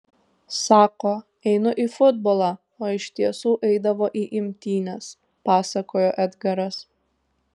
sako einu į futbolą o iš tiesų eidavo į imtynes pasakojo edgaras